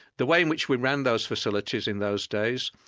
the way in which we ran those facilities in those days,